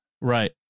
Right